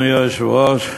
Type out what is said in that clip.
אדוני היושב-ראש,